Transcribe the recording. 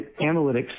analytics